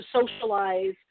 socialize